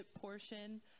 portion